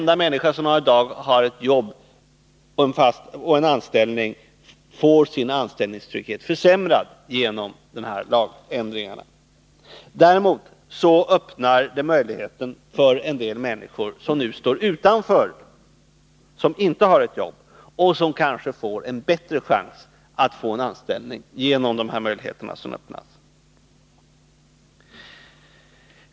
Däremot möjliggör de för en del människor som nu står utanför arbetslivet att få en bättre chans till en anställning.